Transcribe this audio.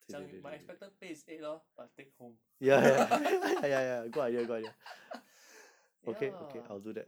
讲 my expected pay is eight lor but take home ya